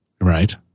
right